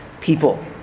people